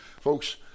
Folks